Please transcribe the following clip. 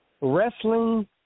Wrestling